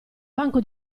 banco